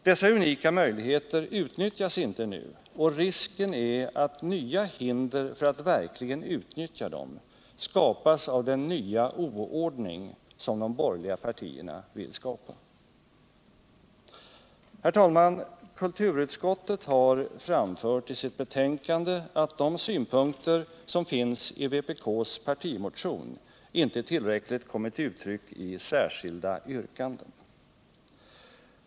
Dessa unika möjligheter utnyttjas inte nu, och risken är att nya hinder för att verkligen utnyttja dem skapas av den nya oordning som de borgerliga partierna vill införa. Herr talman! Kulturutskottet har i sitt betänkande framfört att de synpunkter som finns i vpk:s partimotion inte tillräckligt kommit till uttryck i särskilda yrkanden.